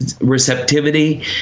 receptivity